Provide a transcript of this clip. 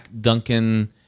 Duncan